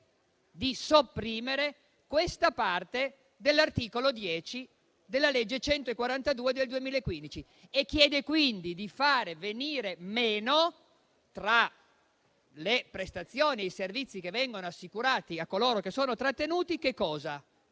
di sopprimere questa parte dell'articolo 10 della legge n. 142 del 2015 e quindi di far venir meno, tra le prestazioni e i servizi assicurati a coloro che sono trattenuti, la